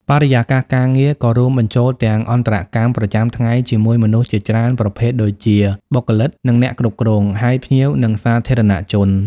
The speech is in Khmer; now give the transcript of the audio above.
បរិយាកាសការងារក៏រួមបញ្ចូលទាំងអន្តរកម្មប្រចាំថ្ងៃជាមួយមនុស្សជាច្រើនប្រភេទដូចជា បុគ្គលិក និងអ្នកគ្រប់គ្រង ហើយភ្ញៀវ និងសាធារណជន។